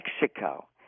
Mexico